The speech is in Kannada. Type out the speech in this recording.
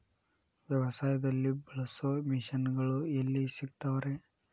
ವ್ಯವಸಾಯದಲ್ಲಿ ಬಳಸೋ ಮಿಷನ್ ಗಳು ಎಲ್ಲಿ ಸಿಗ್ತಾವ್ ರೇ?